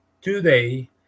today